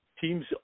teams